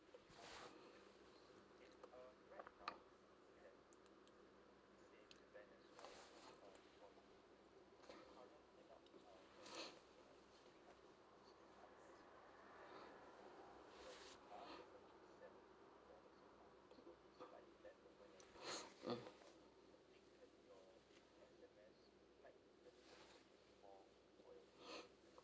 mm